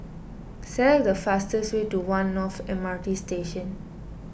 select the fastest way to one North M R T Station